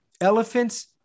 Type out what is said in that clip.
elephants